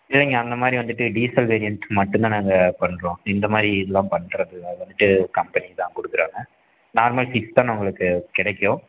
இல்லைங்க அந்தமாதிரி வந்துட்டு டீசல் வேரியண்ட் மட்டுந்தான் நாங்கள் பண்ணுறோம் இந்தமாதிரி இதலாம் பண்ணுறது அது வந்துட்டு கம்பெனி தான் கொடுக்குறாங்க நார்மல் சீட் தான் உங்களுக்கு கிடைக்கும்